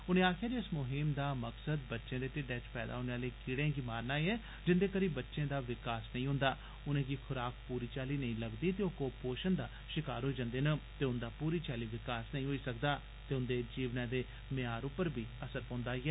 उनें आक्खेआ जे इस मुहीम दा मकसद बच्चे दे टिड्डै च पैदा होने आले कीड़ें गी मारना ऐ जिंदे करी बच्चे दा विकास नेई होंदा उनेंगी खुराक पूरी चाल्ली नेईं लगदी ओ कुयोषण दा शिकार बनदे न ते उंदा पूरी चाल्ली विकास नेई होंदा ते उंदे जीवन दे मयार परबी असर पोंदा ऐ